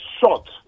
shot